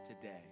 today